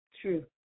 True